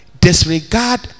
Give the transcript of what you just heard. disregard